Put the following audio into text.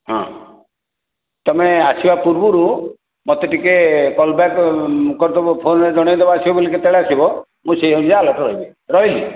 ହଁ ତୁମେ ଆସିବା ପୂର୍ବରୁ ମୋତେ ଟିକିଏ କଲ୍ ବ୍ୟାକ୍ କରିଦେବ ଫୋନ୍ରେ ଜଣାଇ ଦେବ ଆସିବ ବୋଲି କେତେବେଳେ ଆସିବ ମୁଁ ସେହି ଅନୁଯାୟୀ ଆଲର୍ଟ୍ ରହିବି ରହିଲି